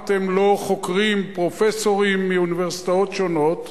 אתם לא חוקרים פרופסורים מאוניברסיטאות שונות?